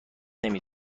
نمی